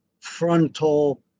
frontal